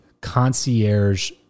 concierge